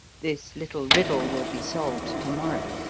this little riddle will be solved to-morrow.